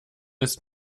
ist